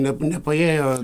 nene nepaėjo